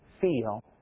feel